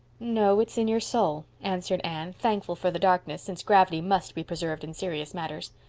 no, it's in your soul, answered anne, thankful for the darkness, since gravity must be preserved in serious matters.